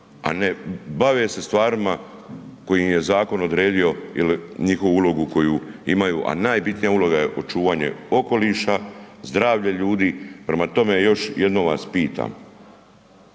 a ne bave se stvarima koje im je zakon odredio ili njihovu ulogu koju imaju, a najbitnija uloga je očuvanje okoliša, zdravlje ljudi. Prema tome, još jednom vas pitam,